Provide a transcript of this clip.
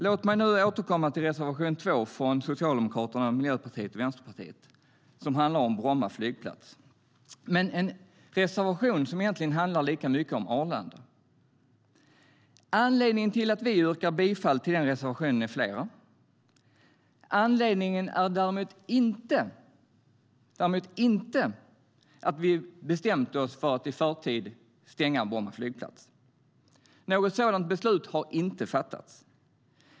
Låt mig nu återkomma till reservation 2 från Socialdemokraterna, Miljöpartiet och Vänsterpartiet som handlar om Bromma flygplats. Det är en reservation som egentligen handlar lika mycket om Arlanda.Anledningarna till att vi yrkar bifall till reservationen är flera. Anledningen är däremot inte att vi bestämt oss för att i förtid stänga Bromma flygplats. Något sådant beslut har inte fattats.